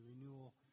renewal